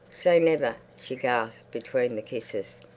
say never she gasped between the kisses.